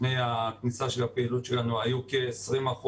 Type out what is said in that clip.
לפני כניסת הפעילות שלנו היה כ-20%,